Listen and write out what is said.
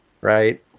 Right